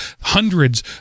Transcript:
hundreds